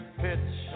pitch